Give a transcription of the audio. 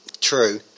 True